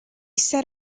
said